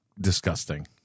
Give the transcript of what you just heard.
disgusting